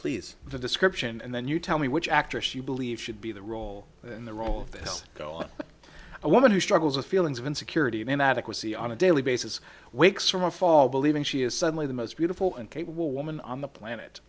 please the description and then you tell me which actress you believe should be the role in the role of this go on a woman who struggles with feelings of insecurity and adequacy on a daily basis wakes from a fall believing she is suddenly the most beautiful and capable woman on the planet